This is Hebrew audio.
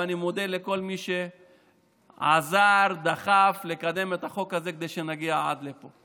ואני מודה לכל מי שעזר ודחף לקדם את החוק הזה כדי שנגיע עד פה.